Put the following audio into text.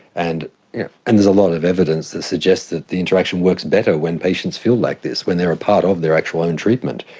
and and there's a lot of evidence that suggests that the interaction works better when patients feel like this, when they are a part of their actual own treatment.